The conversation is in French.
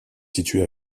situé